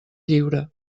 lliure